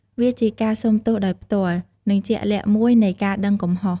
វាជាការសុំទោសដោយផ្ទាល់ និងជាក់លាក់មួយនៃការដឹងកំហុស។